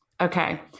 Okay